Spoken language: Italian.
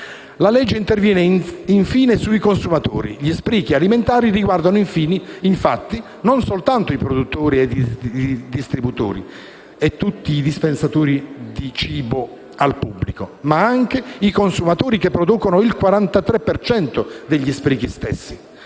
La legge interviene infine sui consumatori. Gli sprechi alimentari riguardano infatti non soltanto i produttori, i distributori, e tutti i dispensatori di cibo al pubblico, ma anche i consumatori che producono il 43 per cento degli sprechi stessi.